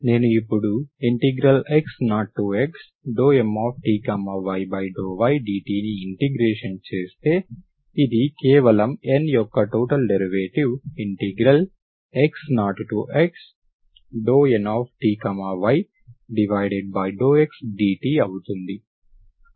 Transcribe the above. నేను ఇపుడు x0x∂Mty∂y dt ని ఇంటిగ్రేషన్ చేస్తే ఇది కేవలం N యొక్క టోటల్ డెరివేటివ్ x0x∂Nty∂x dt అవుతుంది